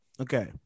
Okay